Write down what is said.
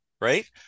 right